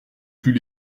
plus